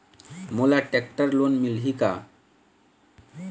मोला tractor loan मिलही का?